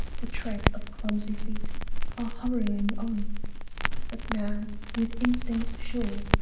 the tread of clumsy feet are hurrying on but now, with instinct sure,